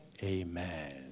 Amen